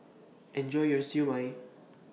Enjoy your Siew Mai